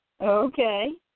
Okay